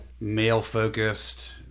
male-focused